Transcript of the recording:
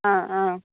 ஆ ஆ